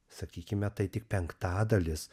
sakykime tai tik penktadalis